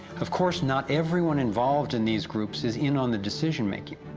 of course not everyone involved in these groups is in on the decision making.